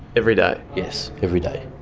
every day? yes, every day.